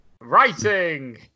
writing